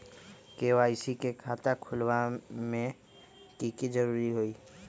KYC के खाता खुलवा में की जरूरी होई?